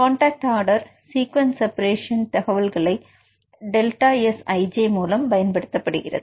contact order sequence தகவல்கள ΔSij மூலம் பயன்படுத்தப்படுகிறது